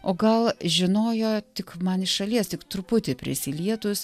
o gal žinojo tik man iš šalies tik truputį prisilietus